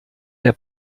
der